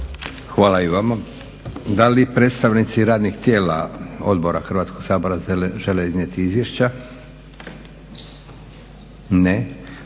Hvala i vama. Da li predstavnici radnih tijela odbora Hrvatskog sabora žele iznijeti izvješća? Ne.